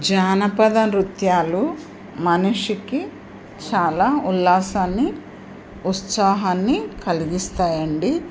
జానపద నృత్యాలు మనిషికి చాలా ఉల్లాసాన్ని ఉత్సాహాన్ని కలిగిస్తాయి అండి